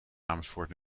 amersfoort